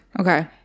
Okay